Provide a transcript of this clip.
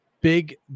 big